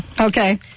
Okay